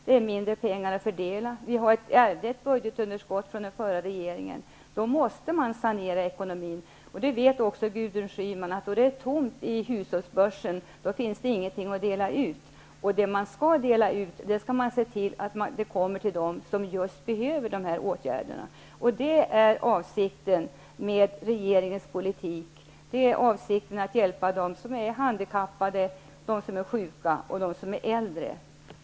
Det finns inte så mycket pengar att fördela. Vi ärvde ett budgetunderskott av den förra regeringen. Då måste man sanera ekonomin. Gudrun Schyman vet också att då det är tomt i hushållsbörsen finns det ingenting att dela ut. Det som man skall dela ut skall komma dem till godo som behöver hjälpen. Detta är avsikten med regeringens politik, dvs. att hjälpa de handikappade, sjuka och äldre.